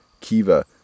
Kiva